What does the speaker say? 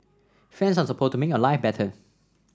friends are supposed to make your life better